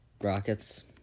Rockets